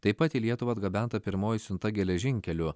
taip pat į lietuvą atgabenta pirmoji siunta geležinkeliu